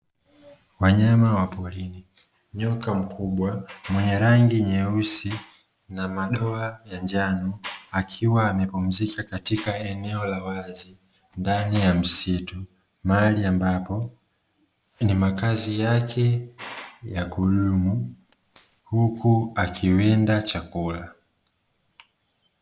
Wanyama wa porini, nyoka mkubwa mwenye rangi nyeusi na madoa ya njano, akiwa amepumzika katika eneo la wazi ndani ya msitu, mahali ambapo ni makazi yake ya kudumu huku akiwinda chakula.